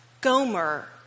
Gomer